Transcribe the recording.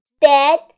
Dad